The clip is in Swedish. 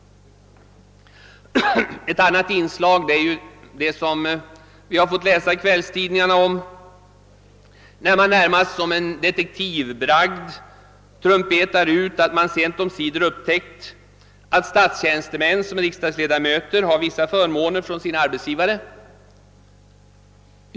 Ett annat inslag är när kvällstidningarna närmast som en detektivbragd trumpetar ut att man sent omsider upptäckt att statstjänstemän som är riksdagsledamöter har vissa förmåner från sin arbetsgivare.